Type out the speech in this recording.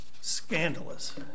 Scandalous